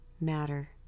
matter